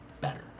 better